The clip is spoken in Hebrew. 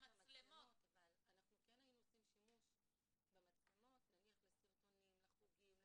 כן היינו עושים שימוש במצלמות לסרטונים, לחוגים,